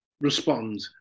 respond